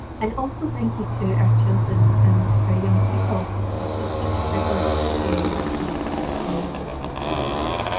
and also thank you to our children and our young people. it is such a privilege to journey with you on your walk with jesus.